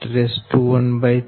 9